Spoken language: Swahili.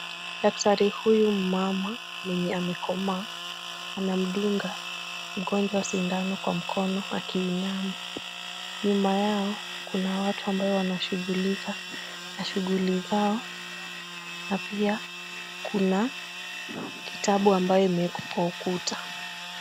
Daktari huyu mama mwenye amekomaa anamdunga mgonjwa sindano kwa mkono akiinama. Nyuma yao kuna watu ambao wanashughulika na shughuli zao na pia kuna kitabu ambayo imewekwa kwa ukuta.